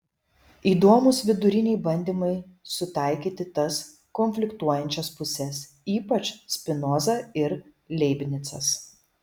įdomūs viduriniai bandymai sutaikyti tas konfliktuojančias puses ypač spinoza ir leibnicas